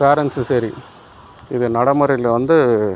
பேரண்ட்ஸும் சரி இது நடைமுறையில் வந்து